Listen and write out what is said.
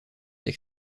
des